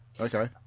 Okay